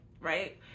right